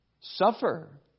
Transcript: suffer